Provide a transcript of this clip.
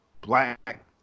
black